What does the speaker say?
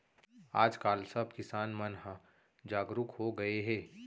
आज काल सब किसान मन ह जागरूक हो गए हे